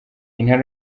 intara